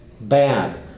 bad